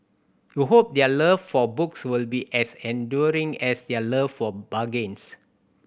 we hope their love for books will be as enduring as their love for bargains